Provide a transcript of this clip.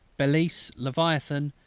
belleisle, leviathan,